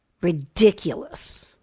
ridiculous